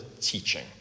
teaching